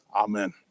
Amen